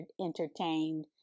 entertained